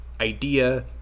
idea